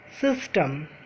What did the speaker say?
system